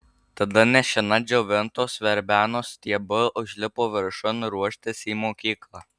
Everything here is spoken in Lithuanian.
tada nešina džiovintos verbenos stiebu užlipo viršun ruoštis į mokyklą